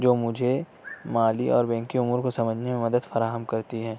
جو مجھے مالی اور بینکی امور کو سمجھنے میں مدد فراہم کرتی ہے